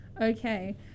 Okay